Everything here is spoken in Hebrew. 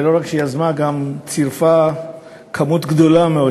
ולא רק יזמה אלא גם צירפה כמות גדולה מאוד